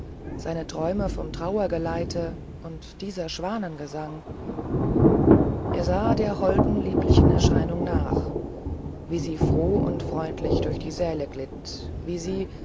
seine träume vom trauergeleite und dieser schwanengesang er sah der holden lieblichen erscheinung nach wie sie froh und freundlich durch die säle glitt wie sie